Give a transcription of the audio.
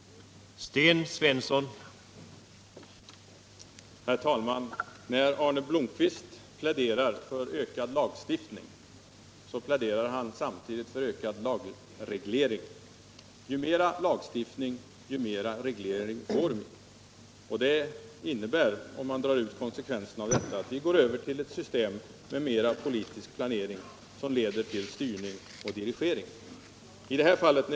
i.